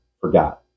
forgot